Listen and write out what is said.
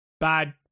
bad